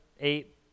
eight